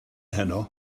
heno